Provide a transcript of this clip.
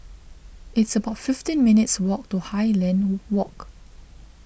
it's about fifteen minutes' walk to Highland Walk